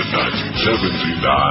1979